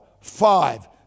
five